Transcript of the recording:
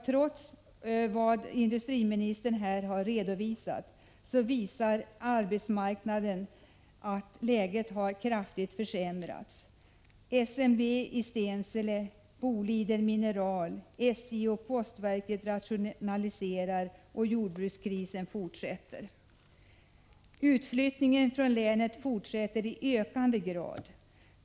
Trots det industriministern här har redovisat visar arbetsmarknaden att läget kraftigt har försämrats. SMV i Stensele, Boliden Mineral, SJ och postverket rationaliserar och jordbrukskrisen fortsätter. Utflyttningen från länet fortsätter i ökande grad.